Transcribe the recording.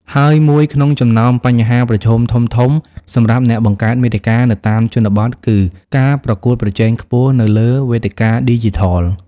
ហើយមួយក្នុងចំណោមបញ្ហាប្រឈមធំៗសម្រាប់អ្នកបង្កើតមាតិកានៅតាមជនបទគឺ ការប្រកួតប្រជែងខ្ពស់នៅលើវេទិកាឌីជីថល។